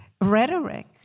rhetoric